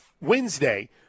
Wednesday